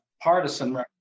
partisan